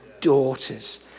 daughters